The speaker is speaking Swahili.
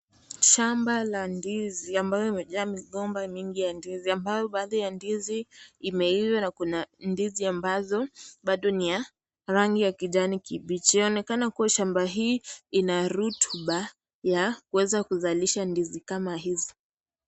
Shamba la ndizi ambayo imejaa migomba mingi ya ndizi ambayo baadhi ya ndizi imeiva na kuna ndizi ambazo bado ni ya rangi ya kijani kimbichi. Yaonekana kuwa shamba hii ina rutuba ya kuweza kuzalosha ndizi kama hizi.